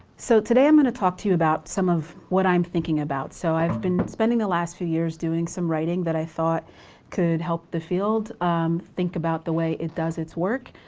so, today i'm gonna talk to you about some of what i'm thinking about. so i've been spending the last few years doing some writing that i thought could help the field um think about the way it does it's work.